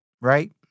Right